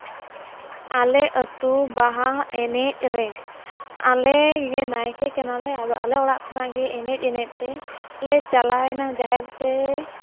ᱟᱞᱮ ᱟᱹᱛᱩ ᱵᱟᱦᱟ ᱮᱱᱮᱡᱽ ᱨᱮ ᱟᱞᱮᱜᱮ ᱱᱟᱭᱠᱮ ᱠᱟᱱᱟᱞᱮ ᱟᱫᱚ ᱟᱞᱮ ᱚᱲᱟᱜ ᱠᱷᱚᱱᱟᱜ ᱜᱮ ᱮᱱᱮᱡᱽ ᱮᱱᱮᱡᱽ ᱛᱮᱞᱮ ᱪᱟᱞᱟᱣᱮᱱᱟ ᱡᱟᱦᱮᱨᱛᱮ